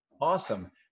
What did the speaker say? Awesome